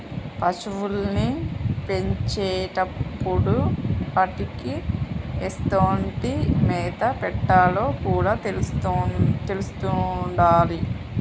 పశువుల్ని పెంచేటప్పుడు వాటికీ ఎసొంటి మేత పెట్టాలో కూడా తెలిసుండాలి